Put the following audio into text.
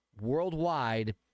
worldwide